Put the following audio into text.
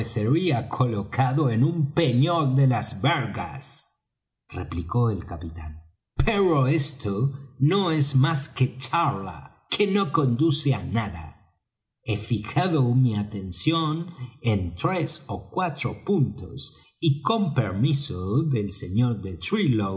aparecería colocado en un peñol de las vergas replicó el capitán pero esto no es más que charla que no conduce á nada he fijado mi atención en tres ó cuatro puntos y con permiso del sr de